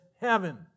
heaven